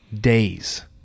Days